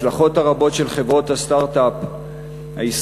וההצלחות הרבות של חברות הסטרט-אפ הישראליות